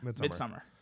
Midsummer